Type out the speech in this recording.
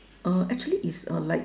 uh actually it's a like